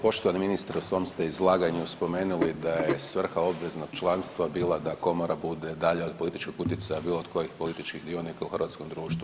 Poštovani ministre u svom ste izlaganju spomenuli da je svrha obveznog članstva bila da komora bude dalje od političkog utjecaja bilo od kojih političkih dionika u hrvatskom društvu.